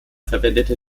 verwendete